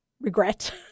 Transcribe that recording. regret